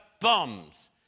bombs